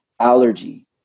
allergy